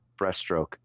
Breaststroke